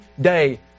day